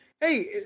Hey